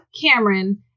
Cameron